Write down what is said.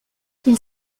ils